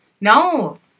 No